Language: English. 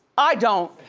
i don't.